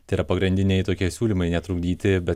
tai yra pagrindiniai tokie siūlymai netrukdyti bet